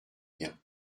bien